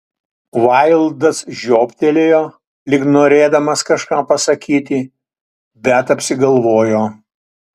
vaildas žiobtelėjo lyg norėdamas kažką pasakyti bet apsigalvojo